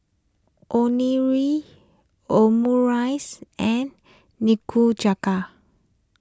Omurice and Nikujaga